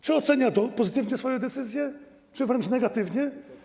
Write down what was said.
Czy ocenia pozytywnie swoją decyzję, czy wręcz negatywnie?